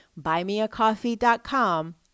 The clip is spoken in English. buymeacoffee.com